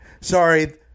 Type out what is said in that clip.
Sorry